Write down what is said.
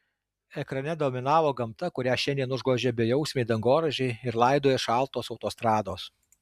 ekrane dominavo gamta kurią šiandien užgožia bejausmiai dangoraižiai ir laidoja šaltos autostrados